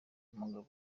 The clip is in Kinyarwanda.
umugabo